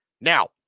Now